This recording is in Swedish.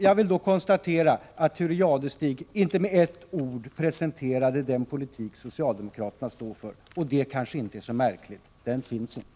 Jag vill konstatera att Thure Jadestig inte med ett ord presenterade den politik som socialdemokraterna står för, och det kanske inte är så märkligt — för den finns inte.